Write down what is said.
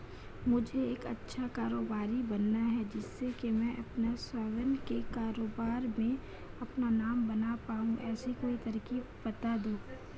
मुझे एक अच्छा कारोबारी बनना है जिससे कि मैं अपना स्वयं के कारोबार में अपना नाम बना पाऊं ऐसी कोई तरकीब पता दो?